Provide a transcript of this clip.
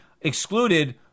excluded